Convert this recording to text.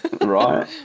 Right